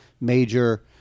major